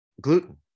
gluten